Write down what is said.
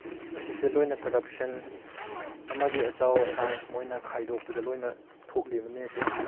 ꯑꯁꯤꯁꯦ ꯂꯣꯏꯅ ꯀꯔꯞꯁꯟ ꯑꯃꯗꯤ ꯑꯆꯧ ꯑꯁꯥꯡ ꯃꯣꯏꯅ ꯈꯥꯏꯗꯣꯛꯄꯗ ꯂꯣꯏꯅ ꯊꯣꯛꯂꯤꯕꯅꯤ ꯑꯁꯦ